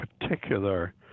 particular